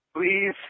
please